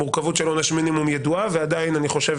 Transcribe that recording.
המורכבות של עונש מינימום ידועה ועדיין אני חושב